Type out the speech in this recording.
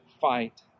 fight